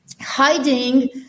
hiding